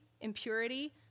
impurity